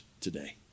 today